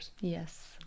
Yes